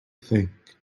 think